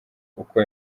uko